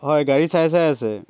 হয় গাড়ী চাই চাই আছে